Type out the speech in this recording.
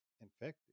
infected